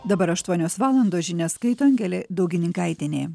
dabar aštuonios valandos žinias skaito angelė daugininkaitienė